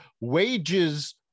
wages